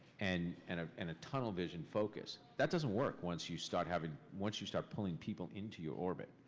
and and ah and a tunnel vision focus. that doesn't work once you start having. once you start pulling people into your orbit.